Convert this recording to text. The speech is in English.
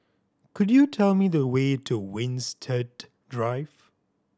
could you tell me the way to Winstedt Drive